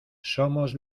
somos